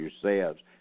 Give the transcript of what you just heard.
yourselves